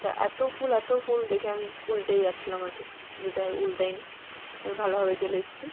তা এত ফুল এত ফুল দেখে আমি উল্টেই যাচ্ছিলাম হয়তো কিন্তু যাই হোক উল্টোই নি আমি ভালোভাবেই চলে এসেছি